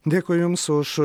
dėkui jums už